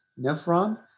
nephron